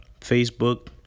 Facebook